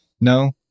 No